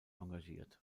engagiert